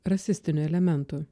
rasistinių elementų